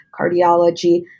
cardiology